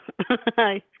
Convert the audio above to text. hi